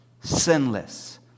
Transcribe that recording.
sinless